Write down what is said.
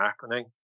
happening